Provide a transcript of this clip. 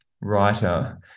writer